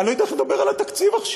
אני לא יודע איך לדבר על התקציב עכשיו.